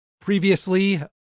Previously